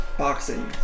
Boxing